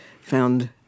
found